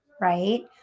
Right